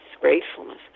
gratefulness